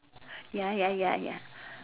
ya ya ya ya